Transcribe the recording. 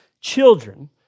children